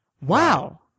Wow